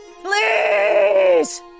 Please